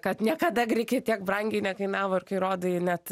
kad niekada grikiai tiek brangiai nekainavo ir kai rodai net